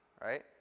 right